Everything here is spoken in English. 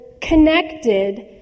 connected